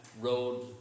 road